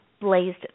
blazed